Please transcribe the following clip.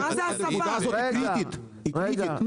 בדיוק -- רגע,